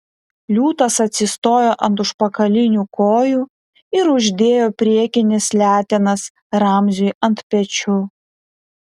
liūtas atsistojo ant užpakalinių kojų ir uždėjo priekines letenas ramziui ant pečių